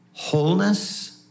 Wholeness